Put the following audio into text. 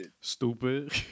Stupid